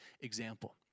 example